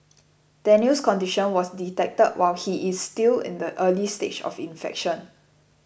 Daniel's condition was detected while he is still in the early stage of infection